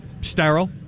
sterile